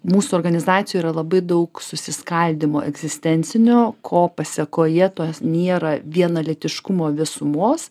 mūsų organizacijoj yra labai daug susiskaldymo egzistencinio ko pasekoje tos nėra vienalytiškumo visumos